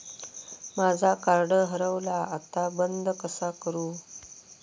माझा कार्ड हरवला आता बंद कसा करू?